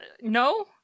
no